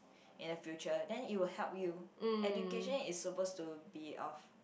in the future then it will help you education is supposed to be of